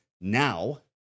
now